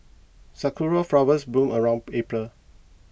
sakura flowers bloom around April